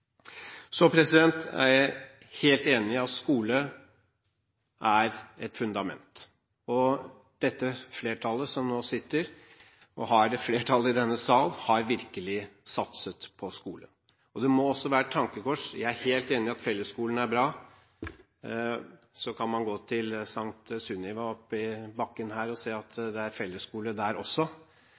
Så er jeg helt enig i at skole er et fundament. De som har flertallet i denne sal, har virkelig satset på skole. Jeg er helt enig i at fellesskolen er bra – så kan man gå til St. Sunniva oppe i bakken her og se at det er fellesskole der også